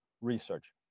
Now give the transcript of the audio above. research